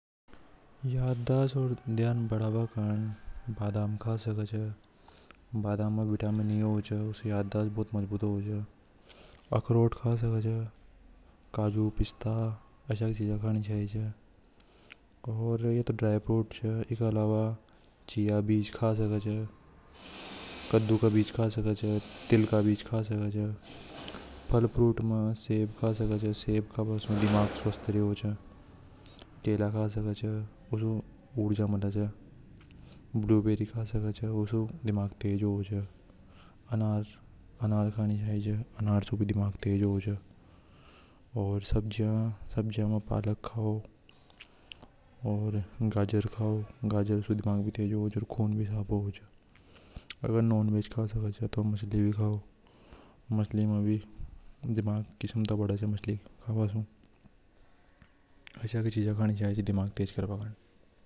﻿याददाश्त और ध्यान बढ़ावा कारण बादाम खा सके छ बादाम में विटामिन ई हो जाए उसे याददाश्त बहुत मजबूत हो जाए अखरोट खा सके छे। काजू पिस्ता की चीज खानी चाहिए और यह तो ड्राई फ्रूट्स के अलावा चिया बीज खा सके कद्दू का बीज खा सके तिल का बीज खा सके फल फ्रूट में सेब खा सके छ सेब खाना सु दिमाग स्वस्थ रेवे च केला खा सके छ। उसे ऊर्जा मिले ब्लू बेरी खा सके छ उसे दिमाग तेज हो जाए अनार खानी चाहिए उसे दिमाग तेज हो जाए और सब्जियां पालक खाओ और गाजर खाओ गाजर से दिमाग भी तेज और खून भी साफ हो जाए। अगर नॉनवेज खा सके तो मछली खाओ मछली से भी दिमाग की क्षमता बड़े से मछली काबा से दिमाग तेज होवे आशय की जीजा खानी चाहिए दिमाग तेज़ करवा कंजे।